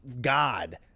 god